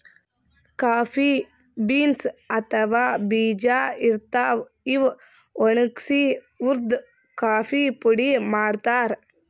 coffee beans ಅಥವಾ ಬೀಜಾ ಇರ್ತಾವ್, ಇವ್ ಒಣಗ್ಸಿ ಹುರ್ದು ಕಾಫಿ ಪುಡಿ ಮಾಡ್ತಾರ್